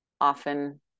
often